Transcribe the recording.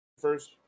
First